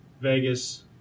Vegas